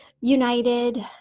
united